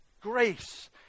grace